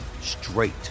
straight